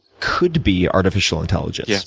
could be artificial intelligence. yes.